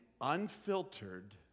Unfiltered